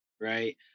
right